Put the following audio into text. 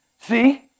See